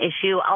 issue